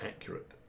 accurate